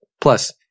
Plus